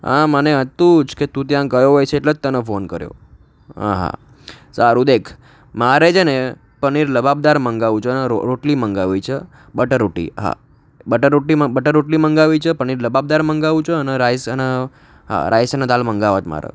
હા મને હતું જ કે તું ત્યાં ગયો હોઈશ એટલે જ તને ફોન કર્યો હા સારું દેખ મારે છે ને પનીર લબાબદાર મંગાવવું છે અને રો રોટલી મંગાવી છે બટર રોટી હા બટર રોટીમાં બટર રોટલી મંગાવવી છે પનીર લબબદાર મંગાવવું છે અને રાઈસ અને રાઈસ અને દાળ મંગાવવા છે મારે